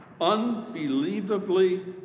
unbelievably